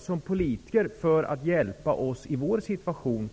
som politiker tänkte göra för att hjälpa dem i hans situation.